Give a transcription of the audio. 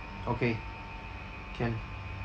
okay can